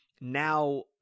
now